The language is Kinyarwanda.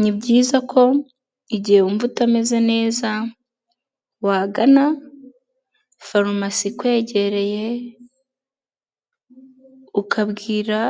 Ni byiza ko igihe wumva utameze neza wagana farumasi ikwegereye ukabwira